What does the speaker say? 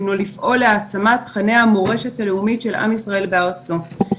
הינו לפעול להעצמת תכני המורשת הלאומית של עם ישראל בארצו.